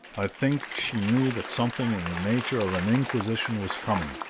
i think she knew that something in the nature of an inquisition was coming,